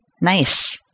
Nice